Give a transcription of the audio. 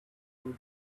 two